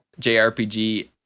JRPG